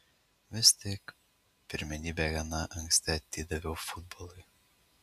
vis tik pirmenybę gana anksti atidaviau futbolui